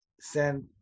send